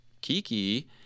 Kiki